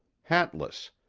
hatless,